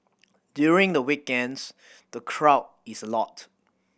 during the weekends the crowd is a lot